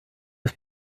bis